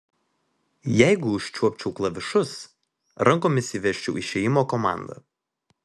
jeigu užčiuopčiau klavišus rankomis įvesčiau išėjimo komandą